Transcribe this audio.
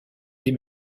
des